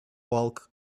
bulk